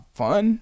fun